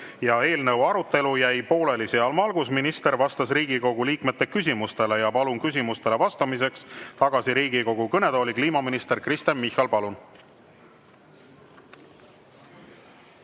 Eelnõu arutelu jäi pooleli sealmaal, kus minister vastas Riigikogu liikmete küsimustele. Palun küsimustele vastamiseks tagasi Riigikogu kõnetooli kliimaminister Kristen Michali. Palun!